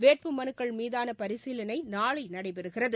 வேட்பு மனுக்கள் மீதான பரிசீலனை நாளை நடைபெறுகிறது